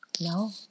No